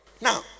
Now